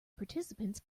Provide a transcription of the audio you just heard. participants